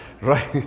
Right